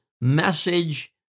message